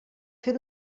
fer